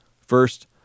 First